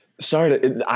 Sorry